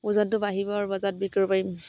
ওজনটো বাঢ়িব আৰু বজাৰত বিকিব পাৰিম